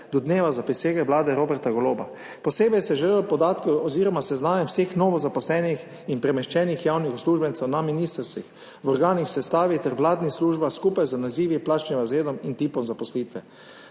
do dneva zaprisege vlade Roberta Goloba. Posebej se je želelo podatke oziroma seznama vseh novozaposlenih in premeščenih javnih uslužbencev na ministrstvih, v organih v sestavi ter vladnih službah, skupaj z nazivi, plačnim razredom in tipom zaposlitve.